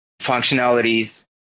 functionalities